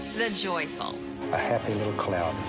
the joyful i have a middle clout